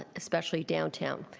ah especially downtown.